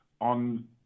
on